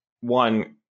one